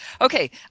Okay